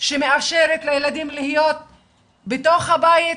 שמאפשרת לילדים להיות בתוך הבית,